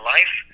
Life